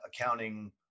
accounting